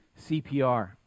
CPR